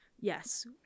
Yes